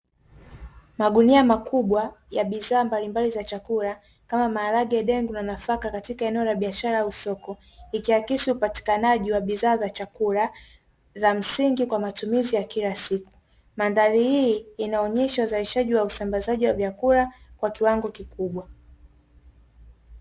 Magunia makubwa ya bidhaa mbalimbali za chakula kama; maharage, ndegu na nafaka katika eneo la biashara au soko. Ikiakisi upatikanaji wa bidhaa za chakula msingi kwa matumizi ya kila siku, mandhari hii inaonyesha uzalishaji wa usambazaji wa vyakula kwa kiwango kikubwa.